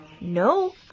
No